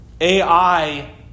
AI